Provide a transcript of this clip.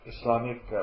Islamic